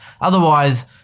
Otherwise